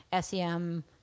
SEM